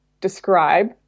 describe